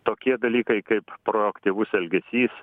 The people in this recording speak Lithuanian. tokie dalykai kaip proaktyvus elgesys